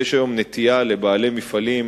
שיש היום נטייה לבעלי מפעלים,